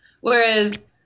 Whereas